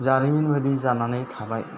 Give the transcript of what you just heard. जारिमिन बायदि जानानै थाबाय